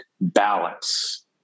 balance